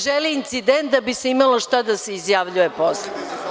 Želi se incident, da bi se imalo šta da se izjavljuje posle.